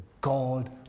God